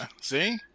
See